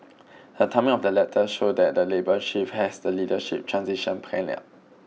the timing of the letters showed that Labour Chief has the leadership transition planned out